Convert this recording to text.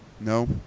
No